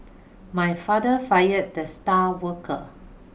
my father fired the star worker